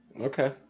Okay